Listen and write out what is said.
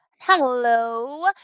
Hello